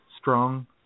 strong